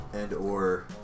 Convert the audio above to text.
and/or